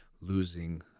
losing